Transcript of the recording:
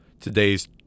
Today's